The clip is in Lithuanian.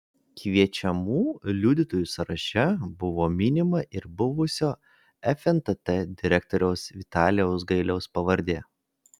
kviečiamų liudytojų sąraše buvo minima ir buvusio fntt direktoriaus vitalijaus gailiaus pavardė